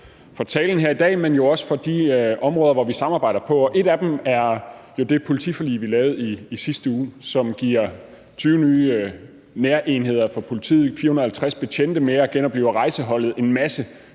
for talen her i dag, men også for de områder, som vi samarbejder på. Et af dem er jo det politiforlig, vi lavede i sidste uge, som giver 20 nye nærenheder for politiet, 450 flere betjente og genoplivning af rejseholdet – en masse